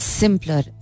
simpler